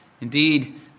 Indeed